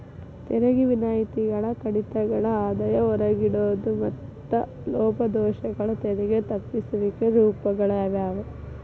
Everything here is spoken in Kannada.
ತೆರಿಗೆ ವಿನಾಯಿತಿಗಳ ಕಡಿತಗಳ ಆದಾಯ ಹೊರಗಿಡೋದು ಮತ್ತ ಲೋಪದೋಷಗಳು ತೆರಿಗೆ ತಪ್ಪಿಸುವಿಕೆ ರೂಪಗಳಾಗ್ಯಾವ